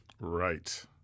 Right